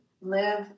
live